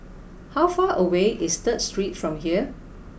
how far away is Third Street from here